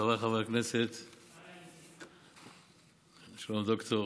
חבריי חברי הכנסת, שלום, דוקטור.